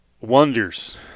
Wonders